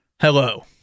Hello